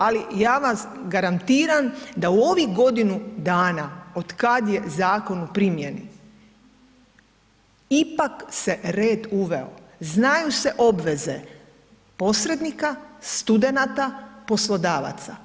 Ali ja vam garantiram da u ovih godinu dana od kad je zakon u primjeni ipak se red uveo, znaju se obveze, posrednika, studenata, poslodavaca.